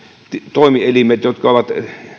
toimielimillä jotka ovat